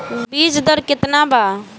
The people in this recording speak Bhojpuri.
बीज दर केतना वा?